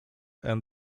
and